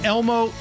Elmo